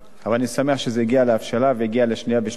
אבל אני שמח שזה הגיע להבשלה והגיע לקריאה שנייה ושלישית,